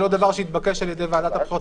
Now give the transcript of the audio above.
זה לא דבר שהתבקש על ידי ועדת הבחירות